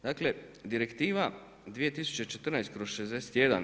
Dakle, Direktiva 2014.